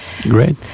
Great